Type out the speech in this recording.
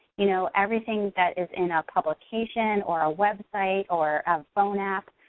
you know everything that is in a publication, or a website, or a phone app,